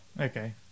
Okay